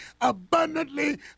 abundantly